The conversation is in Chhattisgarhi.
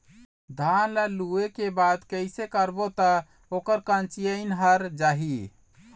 धान ला लुए के बाद कइसे करबो त ओकर कंचीयायिन हर जाही?